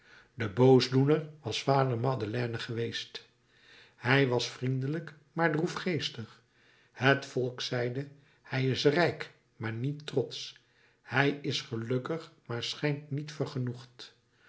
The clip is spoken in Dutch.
de boosdoener was vader madeleine geweest hij was vriendelijk maar droefgeestig het volk zeide hij is rijk maar niet trotsch hij is gelukkig maar schijnt niet